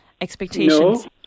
expectations